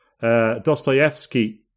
Dostoevsky